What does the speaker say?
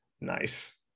nice